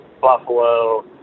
buffalo